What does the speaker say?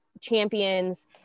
champions